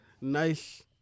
nice